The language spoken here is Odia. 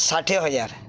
ଷାଠିଏ ହଜାର